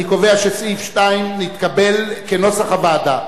אני קובע שסעיף 2 נתקבל, כנוסח הוועדה.